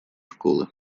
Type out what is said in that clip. школы